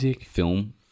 film